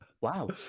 Wow